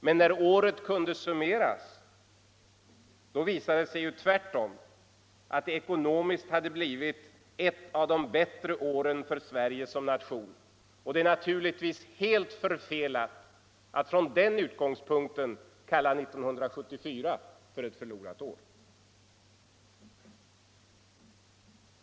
Men när året kunde summeras, visade det sig tvärtom att det ekonomiskt hade blivit ett av de bättre åren för Sverige som nation. Det är naturligtvis helt förfelat att från den utgångspunkten kalla 1974 för ett förlorat år.